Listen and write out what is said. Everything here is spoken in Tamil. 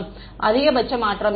மாணவர் அதிகபட்ச மாற்றம்